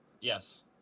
Yes